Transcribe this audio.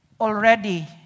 Already